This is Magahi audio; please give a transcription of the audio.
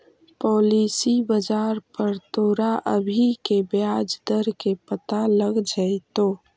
पॉलिसी बाजार पर तोरा अभी के ब्याज दर के पता लग जाइतो